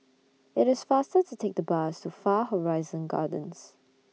IT IS faster to Take The Bus to Far Horizon Gardens